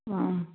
অঁ